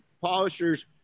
Polisher's